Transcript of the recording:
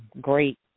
great